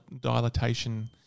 dilatation